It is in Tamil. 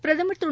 பிரதம் திரு